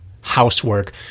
housework